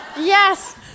Yes